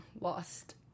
lost